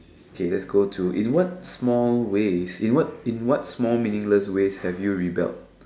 kay let's go to in what small ways in what small meaningless ways have you rebelled